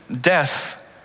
death